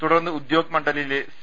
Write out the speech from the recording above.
തുടർന്ന് ഉദ്യോഗ്മണ്ഡലിലെ സി